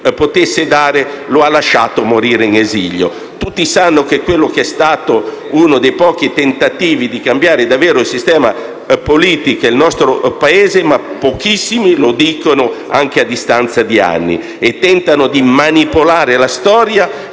potesse dare, lo ha lasciato morire in esilio. Tutti sanno che quello è stato uno dei pochi tentativi di cambiare davvero il sistema politico e il nostro Paese, ma pochissimi lo dicono, anche a distanza di anni, e quindi tentano di manipolare la storia.